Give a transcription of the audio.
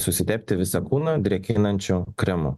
susitepti visą kūną drėkinančiu kremu